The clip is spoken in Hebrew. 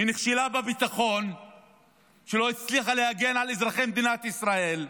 היא נכשלה בביטחון כשלא הצליחה להגן על אזרחי מדינת ישראל,